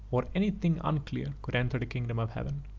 or any thing unclean, could enter the kingdom of heaven.